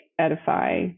edify